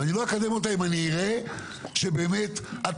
ואני לא אקדם אותה אם אני אראה שבאמת התוכנית